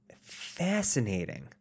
Fascinating